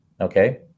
okay